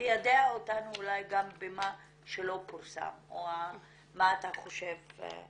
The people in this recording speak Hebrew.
שתיידע אותנו אולי גם במה שלא פורסם או מה אתה חושב.